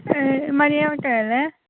Maria auto അല്ലേ